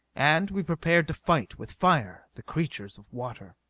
and we prepared to fight, with fire, the creatures of water.